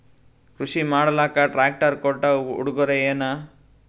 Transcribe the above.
ಕೃಷಿ ಮಾಡಲಾಕ ಟ್ರಾಕ್ಟರಿ ಕೊಟ್ಟ ಉಡುಗೊರೆಯೇನ?